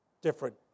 different